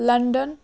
London